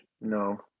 No